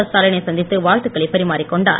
ஸ்டாலினை சந்தித்து வாழ்த்துக்களை பரிமாறிக் கொண்டார்